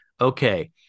okay